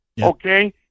okay